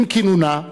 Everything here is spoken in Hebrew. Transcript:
עם כינונה,